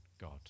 God